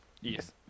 Yes